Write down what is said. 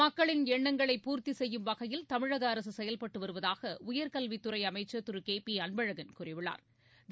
மக்களின் எண்ணங்களை பூர்த்திச் செய்யும் வகையில் தமிழக அரசு செயல்பட்டு வருவதாக உயா்கல்வித் துறை அமைச்சா் திரு கே பி அன்பழகன் கூறியுள்ளாா்